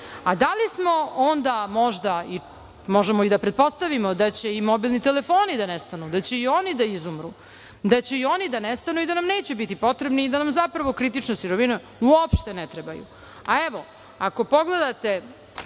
a da li onda možda možemo i da pretpostavimo da ćemo i mobilni telefoni da nestanu. Onda će i oni da izumru, onda će i oni da nestanu i da nam neće biti potrebni i da nam zapravo kritične sirovine uopšte ne trebaju. Evo, ako pogledate